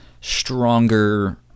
stronger